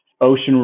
ocean